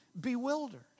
bewildered